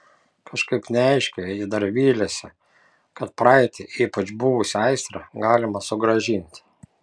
kažkaip neaiškiai ji dar vylėsi kad praeitį ypač buvusią aistrą galima sugrąžinti